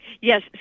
Yes